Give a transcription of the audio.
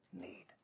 need